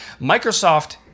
Microsoft